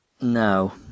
No